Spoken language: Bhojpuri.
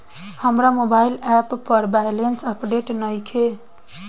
हमार मोबाइल ऐप पर बैलेंस अपडेट नइखे